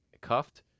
cuffed